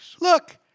Look